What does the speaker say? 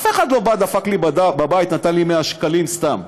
אף אחד לא בא, דפק לי בבית ונתן לי 200 שקלים סתם.